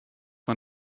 man